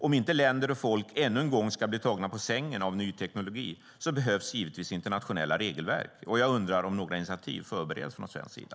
Om inte länder och folk ännu en gång ska bli tagna på sängen av ny teknik behövs givetvis internationella regelverk. Jag undrar därför om några initiativ förbereds från svensk sida.